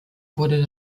wurde